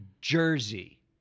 Jersey